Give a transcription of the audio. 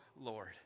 Lord